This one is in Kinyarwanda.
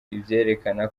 byerekana